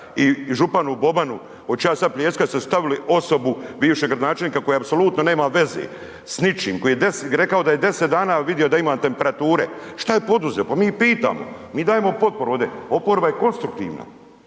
i županu Bobanu hoću ja sa pljeskat ste stavili bivšeg gradonačelnika koji apsolutno nema veze s ničim, koji je rekao da je 10 dana vidio da imam temperature? Šta je poduzeo? Pa mi pitamo, mi dajemo potporu ovdje, oporba je konstruktivna,